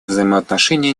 взаимоотношения